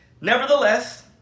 Nevertheless